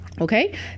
Okay